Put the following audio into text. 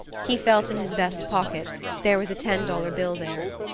he felt in his vest pocket there was a ten-dollar bill there.